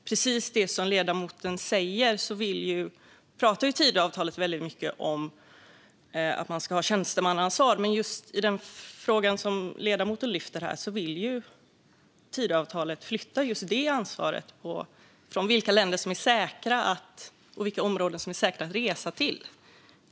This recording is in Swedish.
Precis som ledamoten säger handlar Tidöavtalet mycket om tjänstemannaansvar, men när det gäller den fråga som ledamoten lyfter vill man i Tidöavtalet flytta just ansvaret för vilka områden som är säkra att resa till.